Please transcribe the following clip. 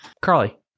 Carly